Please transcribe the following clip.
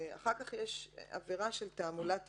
אחר כך יש עבירה של "תעמולה תבוסתנית"